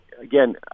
again